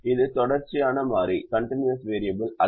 இது தொடர்ச்சியான மாறி அல்ல